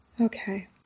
okay